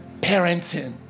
parenting